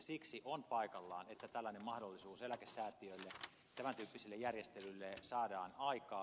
siksi on paikallaan että tällainen mahdollisuus eläkesäätiöille tämäntyyppiseen järjestelyyn saadaan aikaan